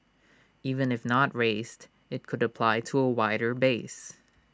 even if not raised IT could apply to A wider base